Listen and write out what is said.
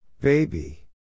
Baby